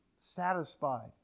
satisfied